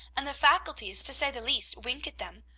and the faculties, to say the least, wink at them,